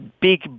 big